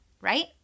Right